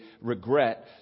regret